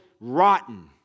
rotten